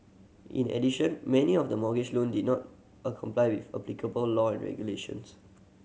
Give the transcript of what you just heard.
in addition many of the mortgage loan did not a comply with applicable law regulations